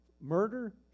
murder